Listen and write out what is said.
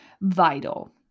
Vital